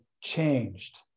changed